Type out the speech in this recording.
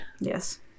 Yes